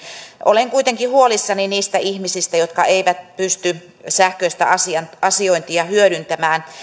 olen kuitenkin huolissani niistä ihmisistä jotka eivät pysty sähköistä asiointia hyödyntämään